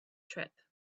trip